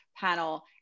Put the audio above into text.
panel